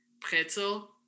pretzel